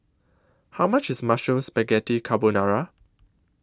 How much IS Mushroom Spaghetti Carbonara